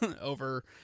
over